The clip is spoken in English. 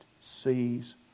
sees